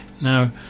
Now